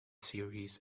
series